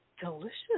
delicious